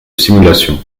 simulations